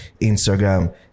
Instagram